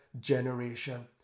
generation